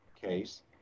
case